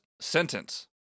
Sentence